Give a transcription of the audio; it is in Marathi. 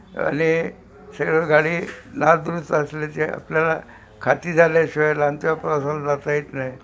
आणि गाडी नादुरुस्त असल्याची आपल्याला खात्री झाल्याशिवाय जाता येत नाही